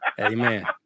Amen